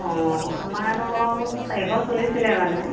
অ আমাৰ ইয়াত আকৌ চাৰিশ চলিছিলে বাৰু